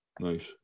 Nice